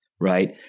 right